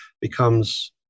becomes